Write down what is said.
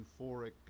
euphoric